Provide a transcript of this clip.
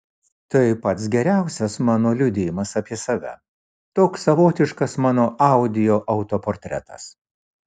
tai pats geriausias mano liudijimas apie save toks savotiškas mano audio autoportretas